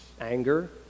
anger